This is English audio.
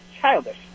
childish